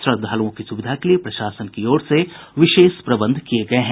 श्रद्दालुओं की सुविधा के लिए प्रशासन की ओर से विशेष प्रबंध किये गए हैं